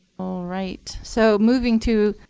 all right. so moving to